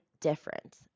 difference